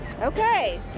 Okay